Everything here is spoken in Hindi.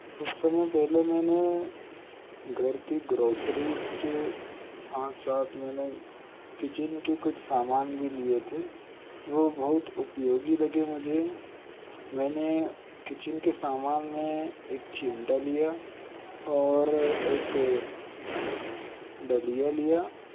कुछ समय पहले मैंने घर की ग्रोसरीज के साथ साथ मैंने किचन के कुछ सामान भी लिए थे वह बहुत उपयोगी लगे मुझे मैंने किचन के सामान में एक चिमटा लिया और एक डलिया लिया